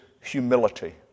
humility